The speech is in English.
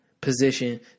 position